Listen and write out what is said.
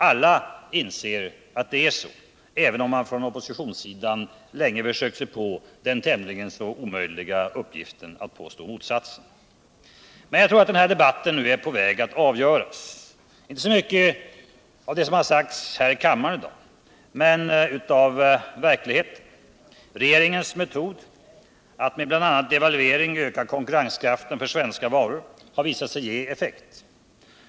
Alla inser att det är så, även om man på oppositionssidan länge försökt sig på den tämligen omöjliga uppgiften att påstå motsatsen. Men jag tror att den här debatten nu är på väg att avgöras — inte så mycket av det som har sagts här i kammaren i dag men av verkligheten. Regeringens metod — att med bl.a. devalvering öka konkurrenskraften för svenska varor — har visat sig ge effekt.